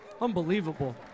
Unbelievable